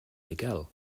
miquel